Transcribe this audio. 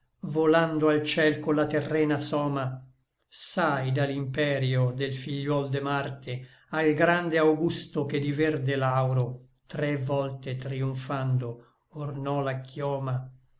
volando al ciel colla terrena soma sai da l'imperio del figliuol de marte al grande augusto che di verde lauro tre volte trïumphando ornò la chioma